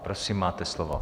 Prosím, máte slovo.